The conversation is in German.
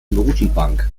notenbank